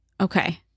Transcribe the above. Okay